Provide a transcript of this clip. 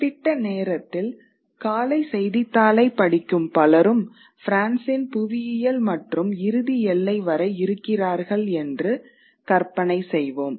குறிப்பிட்ட நேரத்தில் காலை செய்தித்தாளைப் படிக்கும் பலரும் பிரான்சின் புவியியல் மற்றும் இறுதி எல்லைவரை இருக்கிறார்கள் என்று கற்பனை செய்வோம்